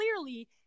clearly